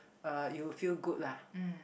uh you will feel good lah